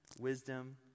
wisdom